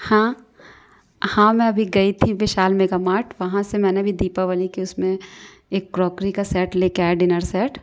हाँ हाँ मैं भी गई थी विशाल मेगा मार्ट वहाँ से मैं भी दीपावली की उसमें एक क्रोकरी का सेट ले के आए डिनर सेट